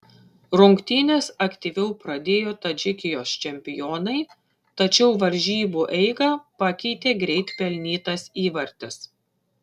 rungtynes aktyviau pradėjo tadžikijos čempionai tačiau varžybų eigą pakeitė greit pelnytas įvartis